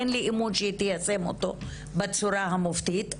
אין לי אמון שהיא תיישם אותו בצורה המופתית,